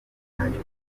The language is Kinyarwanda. ntacyo